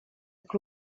jak